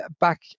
back